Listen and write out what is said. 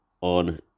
on